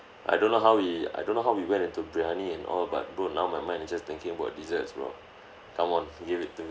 I don't know how we I don't know how we went into biryani and all but bro now my mind is just thinking about desserts bro come on give it to